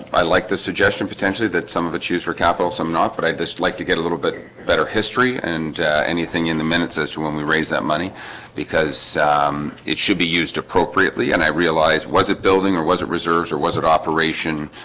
i like the suggestion potentially that some of the choose for capital some not but i just like to get a little bit better history and anything in the minutes as to when we raise that money because um it should be used appropriately and i realized was it building or was it reserves or was it operation?